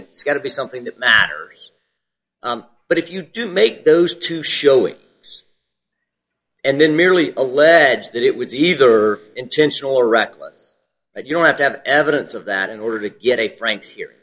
it's got to be something that matters but if you do make those two showing us and then merely allege that it was either intentional or reckless you don't have to have evidence of that in order to get a franks here